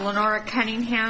when our cunningham